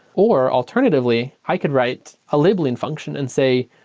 or alternatively, i could write a labeling function and say,